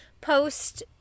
post